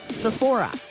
sephora,